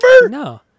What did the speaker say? No